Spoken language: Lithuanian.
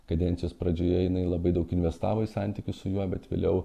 kadencijos pradžioje jinai labai daug investavo į santykius su juo bet vėliau